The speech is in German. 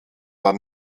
war